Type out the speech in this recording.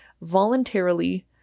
voluntarily